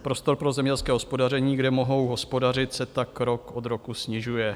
Prostor pro zemědělské hospodaření, kde mohou hospodařit, se tak rok od roku snižuje.